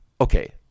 Okay